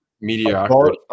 Mediocre